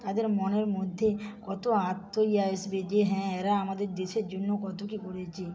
তাদের মনের মধ্যে কত আত্ম ইয়ে আসবে যে হ্যাঁ এরা আমাদের দেশের জন্য কত কী করেছে